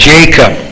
Jacob